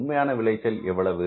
உண்மையான விளைச்சல் எவ்வளவு